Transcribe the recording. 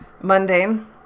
mundane